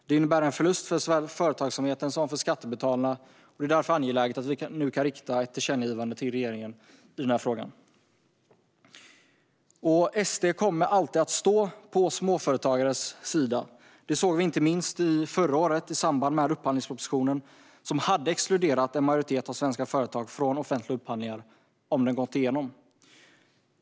Det innebär en förlust såväl för företagsamheten som för skattebetalarna. Det är därför angeläget att vi nu kan rikta ett tillkännagivande till regeringen i frågan. SD kommer alltid att stå på småföretagarnas sida. Det såg vi inte minst förra året i samband med att upphandlingspropositionen behandlades, som hade exkluderat en majoritet av svenska företag från offentliga upphandlingar om den hade gått igenom.